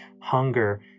hunger